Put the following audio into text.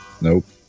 Nope